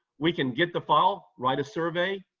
we can get the file, write a survey,